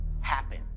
happen